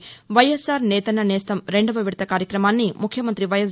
వైఎస్పార్ నేతన్న నేస్తం రెండవ విడత కార్యక్రమాన్ని ముఖ్యమంత్రి వైఎస్